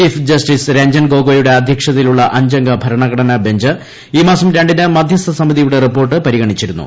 chief justice Ranjan ഗൊഗോയിയുടെ അദ്ധ്യക്ഷതയിലുള്ള അഞ്ചംഗ് ഭരണഘടനാ ബഞ്ച് ഈ മാസം രീണ്ടിന് മധ്യസ്ഥ സമിതിയുടെ റിപ്പോർട്ട് പരിഗണിച്ചിരുന്നു